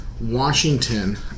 Washington